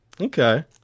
Okay